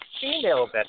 female